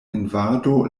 invado